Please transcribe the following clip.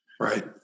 Right